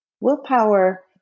willpower